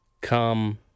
come